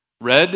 red